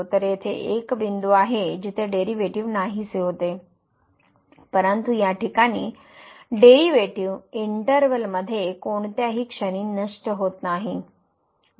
तर तेथे एक बिंदू आहे जिथे डेरिव्हेटिव्ह नाहीसे होते परंतु या ठिकाणी डेरिव्हेटिव्ह इंटर्वल मध्ये कोणत्याही क्षणी नष्ट होत नाही